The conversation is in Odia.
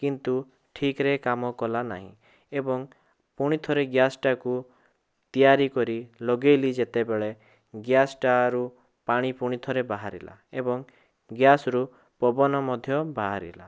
କିନ୍ତୁ ଠିକ୍ରେ କାମକଲା ନାହିଁ ଏବଂ ପୁଣିଥରେ ଗ୍ୟାସ୍ଟାକୁ ତିଆରି କରି ଲଗେଇଲି ଯେତେବେଳେ ଗ୍ୟାସ୍ଟାରୁ ପାଣି ପୁଣିଥରେ ବାହାରିଲା ଏବଂ ଗ୍ୟାସ୍ରୁ ପବନ ମଧ୍ୟ ବାହାରିଲା